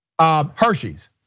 Hershey's